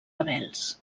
rebels